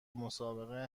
مسابقه